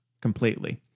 completely